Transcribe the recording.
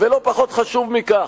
ולא פחות חשוב מכך,